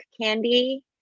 candy